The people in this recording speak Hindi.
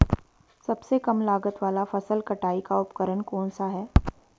सबसे कम लागत वाला फसल कटाई का उपकरण कौन सा है?